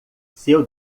seu